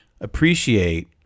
appreciate